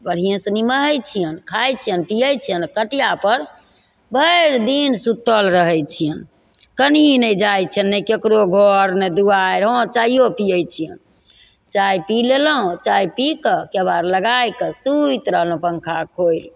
बढ़ियेंसँ निमहै छियनि खाइ छियनि पियै छियनि आओर खटियापर भरि दिन सुतल रहय छियनि कहीं नहि जाइ छियनि ककरो घर ने दुआरि हाँ चाइयो पियै छियनि चाय पी लेलहुँ चाय पीकऽ केबाड़ लगा कऽ सुति रहलहुँ पङ्खा खोलि कऽ